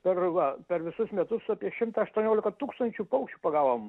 per va per visus metus apie šimta aštuoniolika tūkstančių paukščių pagavom